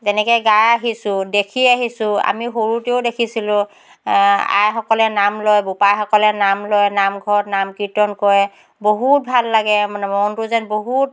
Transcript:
তেনেকৈ গাই আহিছোঁ দেখি আহিছোঁ আমি সৰুতেও দেখিছিলোঁ আইসকলে নাম লয় বোপাইসকলে নাম লয় নামঘৰত নাম কীৰ্তন কৰে বহুত ভাল লাগে মানে মনটো যেন বহুত